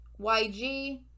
YG